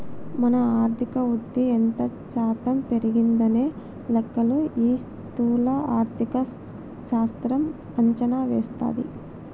మన ఆర్థిక వృద్ధి ఎంత శాతం పెరిగిందనే లెక్కలు ఈ స్థూల ఆర్థిక శాస్త్రం అంచనా వేస్తది